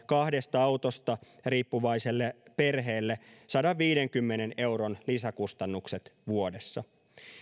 kahdesta autosta riippuvaiselle perheelle sadanviidenkymmenen euron lisäkustannukset vuodessa